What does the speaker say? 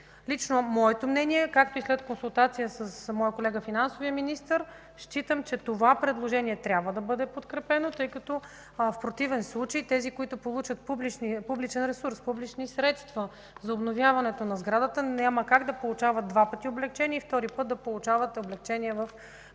Лично моето мнение, а и след консултация с моя колега финансовия министър, смятам, че това предложение трябва да бъде подкрепено, тъй като в противен случай тези, които получат публичен ресурс, публични средства за обновяването на сградата, няма как да получат два пъти облекчения, като втория път получат облекчение в местните